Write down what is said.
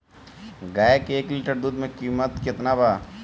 गाय के एक लिटर दूध के कीमत केतना बा?